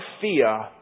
fear